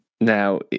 Now